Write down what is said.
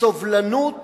הסובלנות